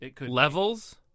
Levels